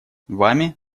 вами